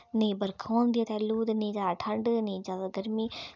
नेईं बरखा होंदियां थैलू ते नेईं ज्यादा ठंड ते नेईं ज्यादा गर्मी